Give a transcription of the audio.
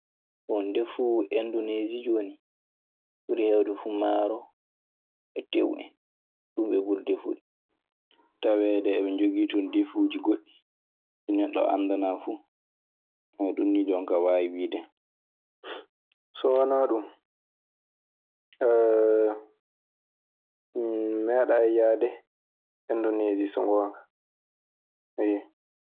Bon, ndefu indoneesii jooni, ɓuri heewde fuu maaro e teew en. Ɗun ɓe ɓuri defude. Taweede eɓe njogii ton ndefuuji goɗɗi ɗi neɗɗo anndanaa fu. Ɗun nii jon kaa waawi wiide hen. So wana ɗu, mi meeɗay yaade enndonosi so ngoonga, ayo.